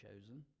chosen